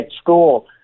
school